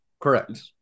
correct